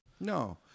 No